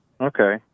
Okay